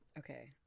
Okay